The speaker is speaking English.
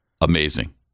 Amazing